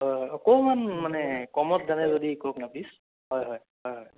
হয় হয় অকণমান মানে কমত জানে যদি কওকনা প্লিজ হয় হয় হয় হয়